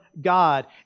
God